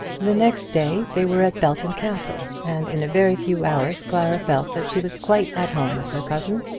the next day they were at belton castle, and in a very few hours clara felt that she was quite at home with her cousin.